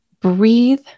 breathe